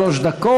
שלוש דקות.